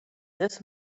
this